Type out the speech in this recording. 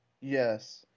Yes